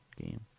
game